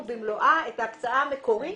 במלואה, את ההקצאה המקורית